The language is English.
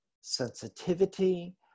sensitivity